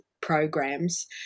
programs